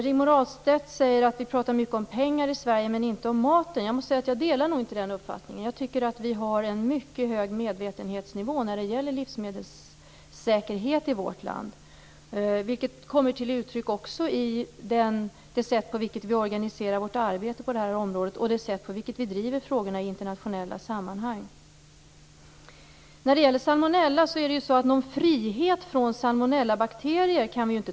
Rigmor Ahlstedt säger att vi pratar mycket om pengar i Sverige men inte om maten. Jag måste säga att jag inte delar den uppfattningen. Jag tycker att vi har en mycket hög medvetenhetsnivå när det gäller livsmedelssäkerhet i vårt land, vilket kommer till uttryck också i det sätt på vilket vi organiserar vårt arbete på det här området och det sätt på vilket vi driver frågorna i internationella sammanhang. När det gäller salmonella kan vi inte tala om frihet från salmonellabakterier.